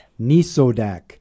Nisodak